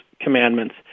commandments